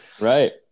Right